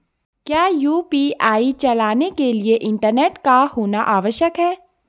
क्या यु.पी.आई चलाने के लिए इंटरनेट का होना आवश्यक है?